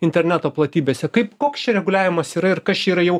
interneto platybėse kaip koks čia reguliavimas yra ir kas čia yra jau